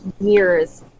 years